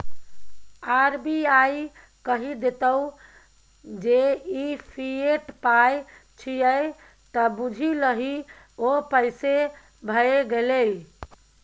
RBI कहि देतौ जे ई फिएट पाय छियै त बुझि लही ओ पैसे भए गेलै